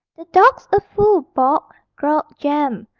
the dawg's a fool, bob growled jem,